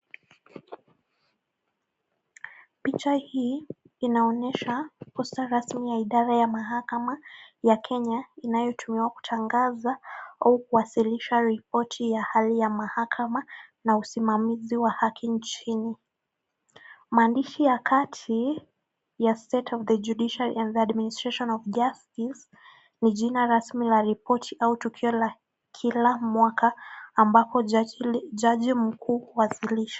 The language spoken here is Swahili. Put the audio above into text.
Picha hii inaonyesha idhara ya mahakama ya Kenya inayotumiwa kutangaza au kuwasilisha ripoti ya hali ya mahakama na usimamizi wa haki nchini maandishi ya kati ya state of the judiciary and the administration of justice ni jina rasmi la ripoti au tukio la kila mwaka ambapo jaji mkuu huwasilisha.